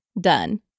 done